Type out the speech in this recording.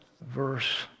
verse